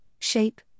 shape